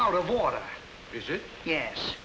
out of water is it yes